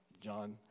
John